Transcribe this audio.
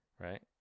Right